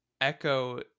echo